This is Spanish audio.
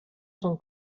son